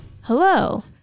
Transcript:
Hello